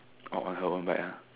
on her own bike ah